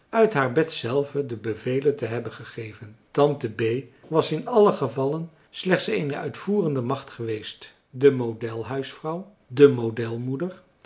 uit haar bed zelve de bevelen te hebben gegeven tante bee was in allen gevalle slechts eene uitvoerende macht geweest de model huisvrouw de